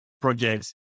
projects